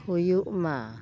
ᱦᱩᱭᱩᱜᱼᱢᱟ